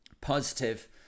positive